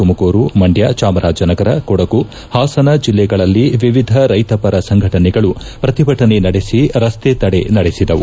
ತುಮಕೂರು ಮಂಡ್ಯ ಚಾಮರಾಜನಗರ ಕೊಡಗು ಪಾಸನ ಜಲ್ಲೆಗಳಲ್ಲಿ ವಿವಿಧ ರೈತಪರ ಸಂಘಟನಗಳು ಶ್ರತಿಭಟನೆ ನಡೆಸಿ ರಸ್ತೆ ತಡೆ ನಡೆಸಿದವು